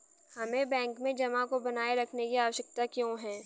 हमें बैंक में जमा को बनाए रखने की आवश्यकता क्यों है?